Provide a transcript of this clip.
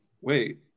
wait